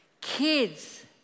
Kids